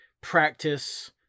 practice